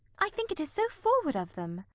i think it is so forward of them.